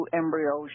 embryo